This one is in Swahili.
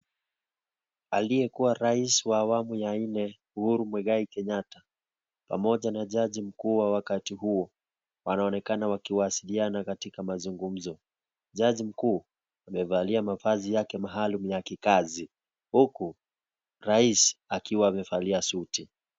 Aliyekuwa rais wa awamu ya nne Uhuru Muigai Kenyatta, pamoja na jaji mkuu wa wakati huo, wanaonekana wakiwasiliana katika mazungumzo. Jaji mkuu, amevalia mavazi yake maalum ya kikazi huku rais akiwa amevalia suti.